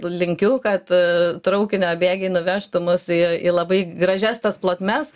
linkiu kad traukinio bėgiai nuvežtų mus į į labai gražias tas plotmes